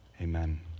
Amen